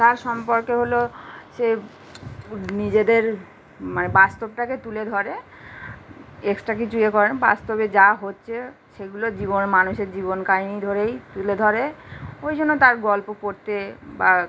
তার সম্পর্কে হলো সে নিজেদের মানে বাস্তবটাকে তুলে ধরে এক্সট্রা কিছু এ করে না বাস্তবে যা হচ্ছে সেগুলো জীবনে মানুষের জীবন কাহিনি ধরেই তুলে ধরে ওই জন্য তার গল্প পড়তে বা